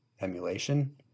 emulation